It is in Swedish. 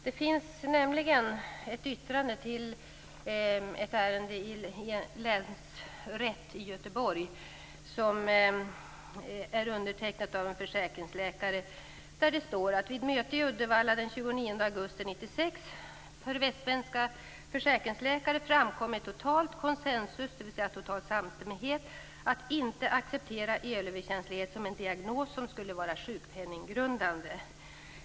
Det finns nämligen ett yttrande till ett ärende i länsrätten i Göteborg som är undertecknat av en försäkringsläkare. Där står: Vid möte i Uddevalla den 29 augusti 1996 för västsvenska försäkringsläkare framkom i total konsensus, dvs. total samstämmighet, att inte acceptera elöverkänslighet som en diagnos som skulle vara sjukpenninggrundande.